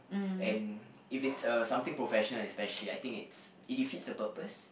and if it's uh something professsional especially I think it's it defeats the purpose